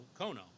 Kono